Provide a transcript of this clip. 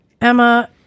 emma